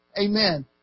Amen